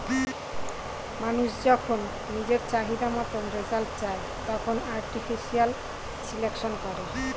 মানুষ যখন নিজের চাহিদা মতন রেজাল্ট চায়, তখন আর্টিফিশিয়াল সিলেকশন করে